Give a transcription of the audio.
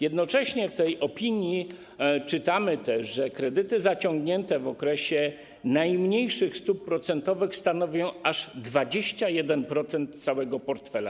Jednocześnie w opinii czytamy, że kredyty zaciągnięte w okresie obowiązywania najmniejszych stóp procentowych stanowią aż 21% całego portfela.